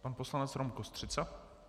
Pan poslanec Rom Kostřica.